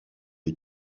est